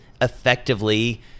effectively